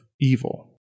evil